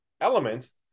elements